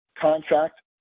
contract